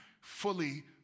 fully